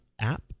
app